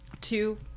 two